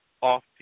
off